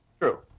True